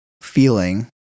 feeling